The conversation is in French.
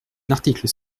l’article